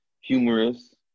humorous